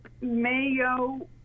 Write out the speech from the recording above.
mayo